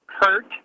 hurt